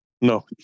No